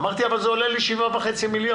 אמרתי, אבל זה עולה לי 7.5 מיליון.